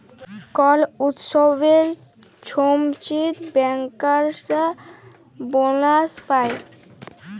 call উৎসবের ছময়তে ব্যাংকার্সরা বলাস পায়